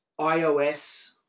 iOS